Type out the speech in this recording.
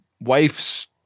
wife's